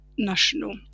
national